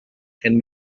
can